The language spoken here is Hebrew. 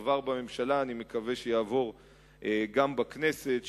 הוא עבר בממשלה, ואני מקווה שיעבור גם בכנסת.